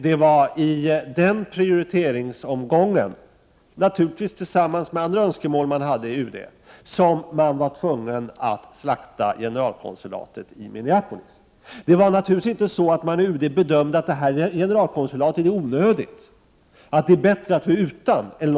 Det var i den prioriteringsomgången, naturligtvis tillsammans med andra önskemål i UD, som man var tvungen att slakta generalkonsulatet i Minneapolis. UD bedömde naturligtvis inte generalkonsulatet där som onödigt eller att det är bättre att vara utan det.